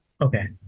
Okay